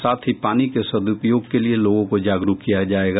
साथ ही पानी के सद्पयोग के लिये लोगों को जागरूक किया जायेगा